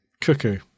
cuckoo